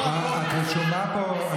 לא, אני אעשה פוליטיקה, את רשומה פה,